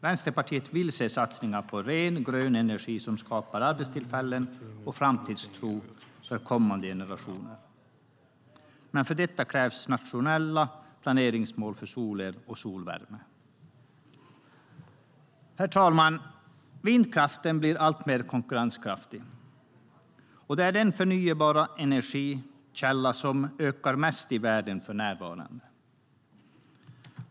Vänsterpartiet vill se satsningar på ren, grön energi som skapar arbetstillfällen och framtidstro för kommande generationer. Men för detta krävs nationella planeringsmål för solel och solvärme. Herr talman! Vindkraften blir alltmer konkurrenskraftig och är den förnybara energikälla som ökar mest i världen för närvarande.